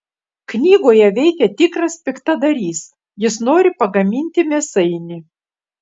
knygoje veikia tikras piktadarys jis nori pagaminti mėsainį